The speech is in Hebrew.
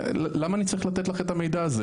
למה אני צריך לתת לך את המידע הזה?